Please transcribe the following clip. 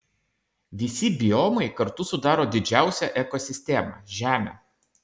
visi biomai kartu sudaro didžiausią ekosistemą žemę